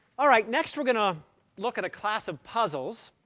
all right, next we're going to look at a class of puzzles